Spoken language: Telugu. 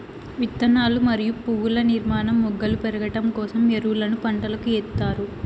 విత్తనాలు మరియు పువ్వుల నిర్మాణం, మొగ్గలు పెరగడం కోసం ఎరువులను పంటలకు ఎస్తారు